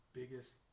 biggest